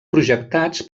projectats